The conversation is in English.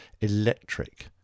electric